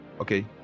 Okay